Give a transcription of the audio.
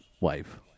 wife